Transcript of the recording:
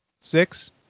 Six